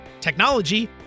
technology